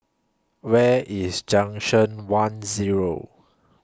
Where IS Junction one Zero